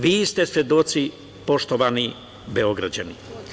Vi ste svedoci, poštovani Beograđani.